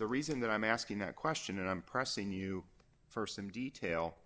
the reason that i'm asking that question and i'm pressing you for some detail